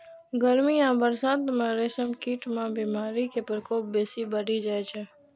गर्मी आ बरसात मे रेशम कीट मे बीमारी के प्रकोप बेसी बढ़ि जाइ छै